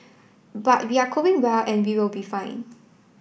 but we are coping well and we will be fine